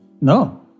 No